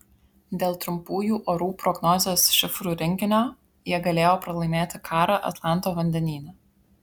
dėl trumpųjų orų prognozės šifrų rinkinio jie galėjo pralaimėti karą atlanto vandenyne